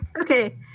Okay